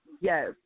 Yes